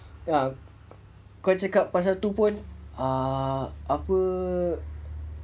ah kau cakap pasal tu pun err apa